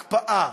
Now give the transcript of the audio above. הקפאה.